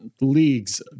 leagues